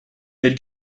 elle